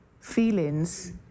feelings